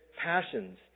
passions